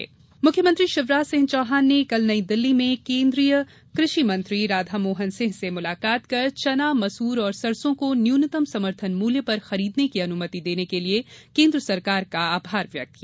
CM मुलाकात मुख्यमंत्री शिवराज सिंह चौहान ने कल नई दिल्ली में केन्द्रीय कृषि मंत्री राधामोहन सिंह से मुलाकात कर चना मसूर और सरसों को न्यूनतम समर्थन मूल्य पर खरीदने की अनुमति देने के लिए केन्द्र सरकार का आभार व्यक्त किया